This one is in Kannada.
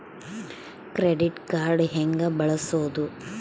ಕ್ರೆಡಿಟ್ ಕಾರ್ಡ್ ಹೆಂಗ ಬಳಸೋದು?